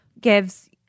gives